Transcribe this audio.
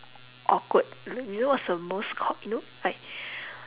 awkward you know what's the most c~ you know like